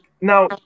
Now –